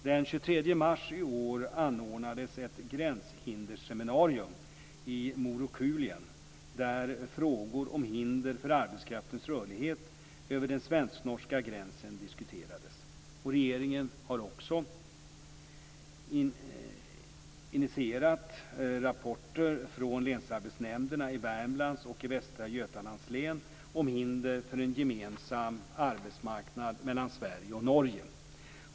Den 23 mars i år anordnades ett "Gränshinderseminarium" i Morokulien, där frågor om hinder för arbetskraftens rörlighet över den svensk-norska gränsen diskuterades. Regeringen har också initierat rapporter från länsarbetsnämnderna i Norge.